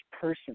person